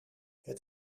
het